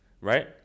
right